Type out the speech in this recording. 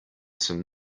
some